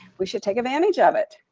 we should take advantage of it.